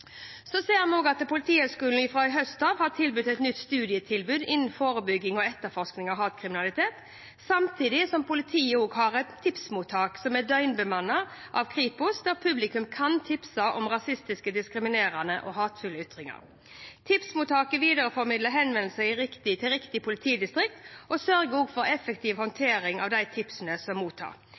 ser også at Politihøgskolen fra i høst har hatt et nytt studietilbud innen forebygging og etterforskning av hatkriminalitet, samtidig som politiet har et tipsmottak som er døgnbemannet av Kripos, der publikum kan tipse om rasistiske, diskriminerende og hatefulle ytringer. Tipsmottaket videreformidler henvendelser til riktig politidistrikt og sørger for effektiv håndtering av de tipsene som